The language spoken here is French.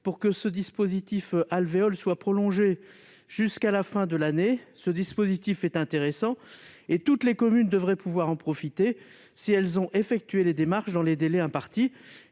pour qu'Alvéole soit prolongé jusqu'à la fin de l'année. Le dispositif est intéressant, et toutes les communes devraient pouvoir en profiter si elles ont effectué les démarches dans les délais impartis.